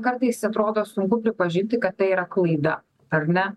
kartais atrodo sunku pripažinti kad tai yra klaida ar ne